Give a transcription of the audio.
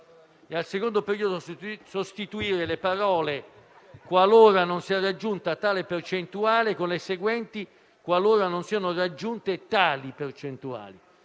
al secondo periodo sostituire le parole: «qualora non sia raggiunta tale percentuale» con le seguenti: «qualora non siano raggiunte tali percentuali».